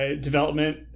development